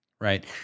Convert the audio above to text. right